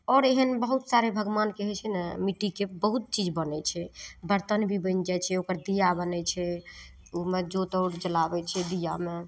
आओर एहन बहुत सारे भगवानके होइ छै ने मिट्टीके बहुत चीज बनै छै बरतन भी बनि जाइ छै ओकर दीआ बनै छै ओहिमे जोत आओर जलाबै छै दीआमे